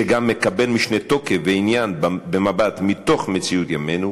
שגם מקבל משנה תוקף ועניין במבט מתוך מציאות ימינו,